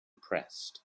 pressed